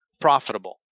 profitable